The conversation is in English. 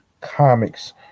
comics